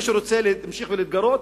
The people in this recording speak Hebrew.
מי שרוצה להמשיך להתגרות,